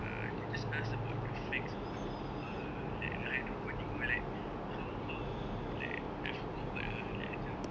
uh they just ask about the facts on the pokok ah like the hydroponic or like how how like I forgot [what] ah like macam